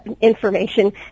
information